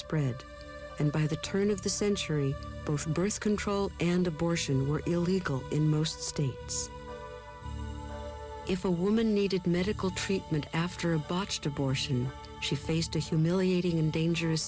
spread and by the turn of the century both birth control and abortion were illegal in most states if a woman needed medical treatment after a botched abortion she faced a humiliating and dangerous